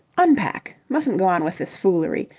unpack! mustn't go on with this foolery.